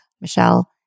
Michelle